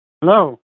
Hello